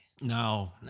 No